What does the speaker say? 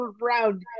round